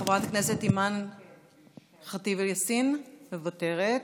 חברת הכנסת אימאן ח'טיב יאסין, מוותרת,